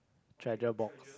treasure box